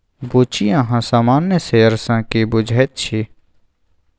बुच्ची अहाँ सामान्य शेयर सँ की बुझैत छी?